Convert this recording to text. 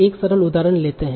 एक सरल उदाहरण लेते हैं